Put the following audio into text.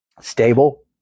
stable